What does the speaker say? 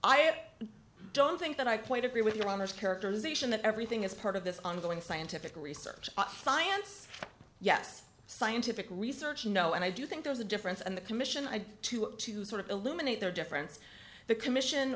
i don't think that i quite agree with your honor's characterization that everything is part of this ongoing scientific research science yes scientific research you know and i do think there's a difference and the commission i think to to sort of eliminate their deference the commission